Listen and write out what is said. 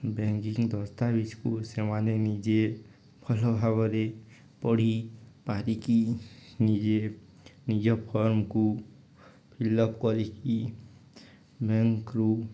banking ଦସ୍ତାବିଜକୁ ସେମାନେ ନିଜେ ଭଲ ଭାବରେ ପଢ଼ି ପାରିକି ନିଜେ ନିଜ ଫର୍ମକୁ ଫିଲଅପ୍ କରିକି ବ୍ୟାଙ୍କରୁ